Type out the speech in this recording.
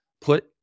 put